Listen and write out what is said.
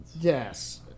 yes